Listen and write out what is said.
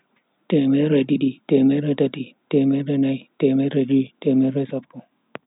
Temerre didi, temerre tati, temerre nai temerre jui, temerre sappo.